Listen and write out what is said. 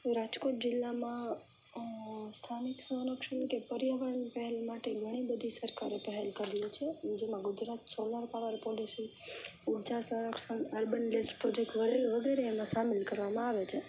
રાજકોટ જિલ્લામાં સ્થાનિક સંરક્ષણ કે પર્યાવરણ પહેલ માટે ઘણી બધી સરકારે પહેલ કરેલી છે જેમાં ગુજરાત સોલાર પાવર પોલ્યુસન ઊર્જા સંરક્ષણ અર્બન લેજ પ્રોજેક્ટ વગેરે એમાં સામેલ કરવામાં આવે છે